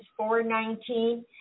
4.19